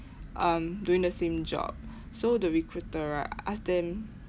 um doing the same job so the recruiter right ask them